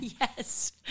Yes